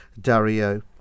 Dario